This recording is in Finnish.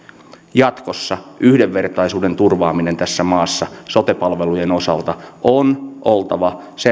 jatkossa yhdenvertaisuuden turvaamisen tässä maassa sote palvelujen osalta on oltava